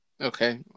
Okay